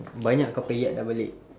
banyak kau punya yat dah balik